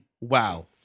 Wow